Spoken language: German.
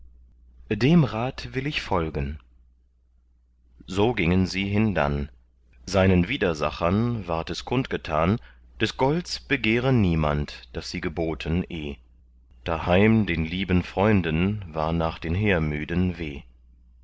dem rat will ich folgen so gingen sie hindann seinen widersachern ward es kundgetan des golds begehre niemand das sie geboten eh daheim den lieben freunden war nach den heermüden weh